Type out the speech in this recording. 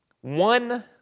One